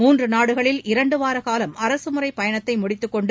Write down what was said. மூன்று நாடுகளில் இரண்டுவார காலம் அரசுமுறை பயணத்தை முடித்துக்கொண்டு